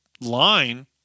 line